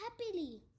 happily